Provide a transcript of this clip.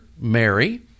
Mary